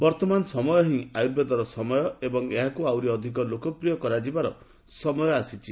ବର୍ତ୍ତମାନ ସମୟ ହିଁ ଆୟୁର୍ବେଦର ସମୟ ଏବଂ ଏହାକୁ ଆହୁରି ଅଧିକ ଲୋକପ୍ରିୟ କରାଯିବାର ସମୟ ଆସିଛି